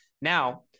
Now